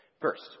First